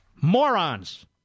morons